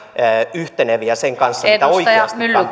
yhteneviä sen kanssa mitä oikeasti